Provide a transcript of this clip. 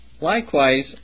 likewise